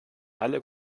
alle